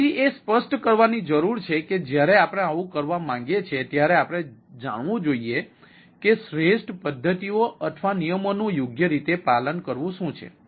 તેથી એ સ્પષ્ટ કરવાની જરૂર છે કે જ્યારે આપણે આવું કામ કરવા માંગીએ છીએ ત્યારે આપણે જાણવું જોઈએ કે શ્રેષ્ઠ પદ્ધતિઓ અથવા નિયમોનું યોગ્ય રીતે પાલન કરવું શું છે